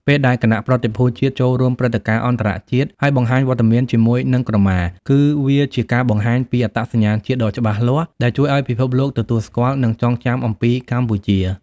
ពេលដែលគណៈប្រតិភូជាតិចូលរួមព្រឹត្តិការណ៍អន្តរជាតិ ហើយបង្ហាញវត្តមានជាមួយនឹងក្រមា គឺវាជាការបង្ហាញពី អត្តសញ្ញាណជាតិដ៏ច្បាស់លាស់ ដែលជួយឲ្យពិភពលោកទទួលស្គាល់ និងចងចាំអំពីកម្ពុជា។